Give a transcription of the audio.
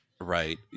Right